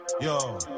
Yo